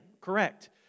correct